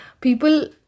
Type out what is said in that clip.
people